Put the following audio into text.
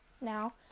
now